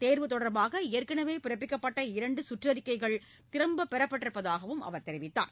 தேர்வு தொடர்பாக ஏற்கனவே பிறப்பிக்கப்பட்ட இரண்டு கற்றறிக்கைகள் இந்த திரும்பப்பெறப்பட்டிருப்பதாகவும் அவர் தெரிவித்தார்